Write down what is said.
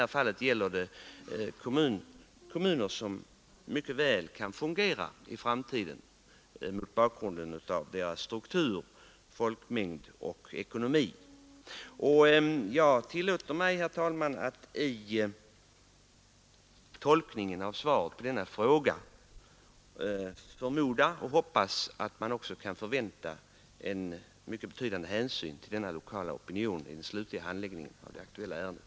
Här gäller det kommuner som med tanke på struktur, folkmängd och ekonomi mycket väl kan fungera i framtiden. Jag tillåter mig tolka statsrådets svar så att vi kan förvänta att mycket stor hänsyn kommer att tas till den lokala opinionen vid den slutliga handläggningen av det aktuella ärendet.